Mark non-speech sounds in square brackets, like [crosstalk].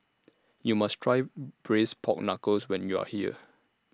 YOU must Try [noise] Braised Pork Knuckles when YOU Are here